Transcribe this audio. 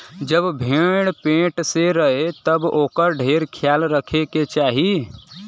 जब भेड़ पेट से रहे तब ओकर ढेर ख्याल रखे के चाही